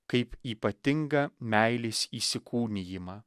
kaip ypatingą meilės įsikūnijimą